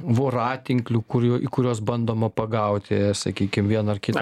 voratinklių kurių į kuriuos bandoma pagauti sakykim vieną ar kitą